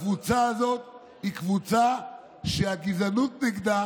הקבוצה הזאת היא קבוצה שהגזענות נגדה